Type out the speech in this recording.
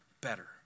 better